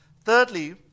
Thirdly